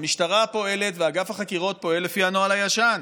המשטרה ואגף החקירות פועלים לפי הנוהל הישן,